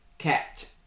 kept